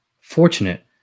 fortunate